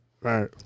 right